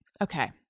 Okay